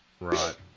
right